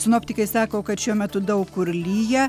sinoptikai sako kad šiuo metu daug kur lyja